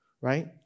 right